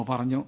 O പറഞ്ഞു